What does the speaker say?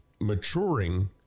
Maturing